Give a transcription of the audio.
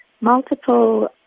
multiple